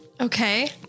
Okay